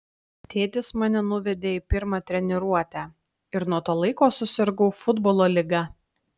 tėtis mane nuvedė į pirmą treniruotę ir nuo to laiko susirgau futbolo liga